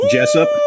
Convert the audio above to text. Jessup